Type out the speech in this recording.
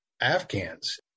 Afghans